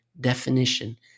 definition